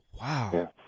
wow